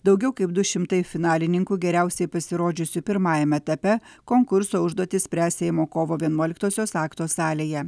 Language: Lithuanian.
daugiau kaip du šimtai finalininkų geriausiai pasirodžiusių pirmajame etape konkurso užduotis spręs seimo kovo vienuoliktosios akto salėje